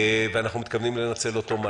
ואנחנו מתכוונים לנצל אותו.